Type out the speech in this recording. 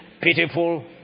pitiful